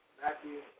Matthew